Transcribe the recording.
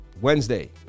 Wednesday